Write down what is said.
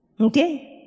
Okay